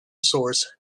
source